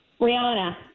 Rihanna